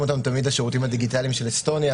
אותנו לשירותים הדיגיטליים של אסטוניה,